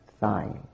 thigh